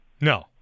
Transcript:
No